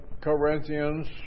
Corinthians